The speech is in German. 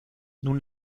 nun